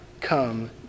come